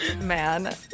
man